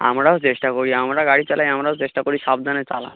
আমরাও চেষ্টা করি আমরা গাড়ি চালাই আমরাও চেষ্টা করি সাবধানে চালানোর